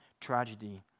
tragedy